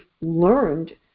learned